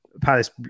Palace